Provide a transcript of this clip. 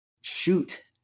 shoot